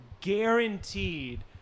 guaranteed